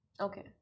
Okay